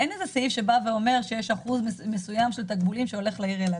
אין איזה סעיף שאומר שיש אחוז מסוים של תקבולים שהולך לעיר אילת.